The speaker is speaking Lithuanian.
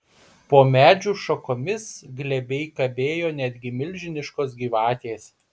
po medžių šakomis glebiai kabėjo netgi milžiniškos gyvatės